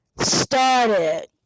started